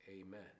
Amen